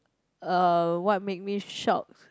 uh what make me shock